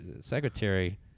secretary